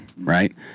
right